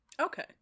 Okay